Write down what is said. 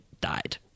died